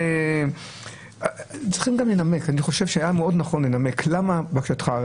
אני חושב שהיה שמאוד נכון לנמק את התשובה.